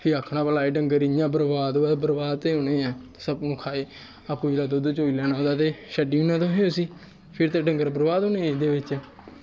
फ्ही आखदे एह् डंगर इ'यां बरबाद होआ दे बरबाद ते होने गै न अप्पूं दुद्ध चोई लैना ते छड्डी ओड़ना तुसें फिर ते डंगर बरबाद होने एह्दे बिच्च